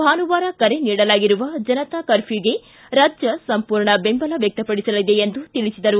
ಭಾನುವಾರ ಕರೆ ನೀಡಲಾಗಿರುವ ಜನತಾ ಕರ್ಮ್ಯೂಗೆ ರಾಜ್ಯ ಸಂಪೂರ್ಣ ಬೆಂಬಲ ವ್ಯಕ್ತಪಡಿಸಲಿದೆ ಎಂದು ತಿಳಿಸಿದರು